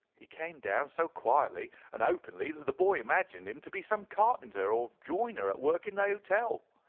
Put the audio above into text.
he came down so quietly and openly that the boy imagined him to be some carpenter or joiner at work in the hotel.